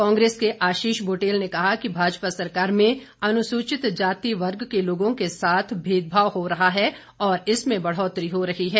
कांग्रेस के आशीष बुटेल ने कहा कि भाजपा सरकार में अनुसूचित जाति वर्ग के लोंगों के साथ भेदभाव हो रहा है और इसमें बढ़ोतरी हो रही है